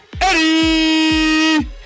Eddie